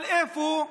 אבל איפה?